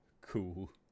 cool